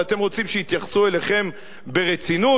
ואתם רוצים שיתייחסו אליכם ברצינות?